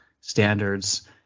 standards